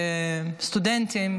סטודנטים,